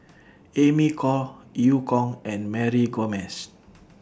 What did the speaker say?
Amy Khor EU Kong and Mary Gomes